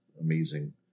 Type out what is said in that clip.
amazing